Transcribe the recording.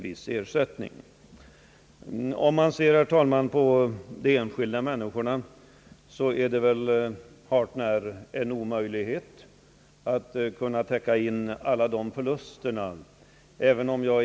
När det gäller de enskilda människorna torde det vara hart när omöjligt att kunna kompensera alla förluster på grund av en katastrof.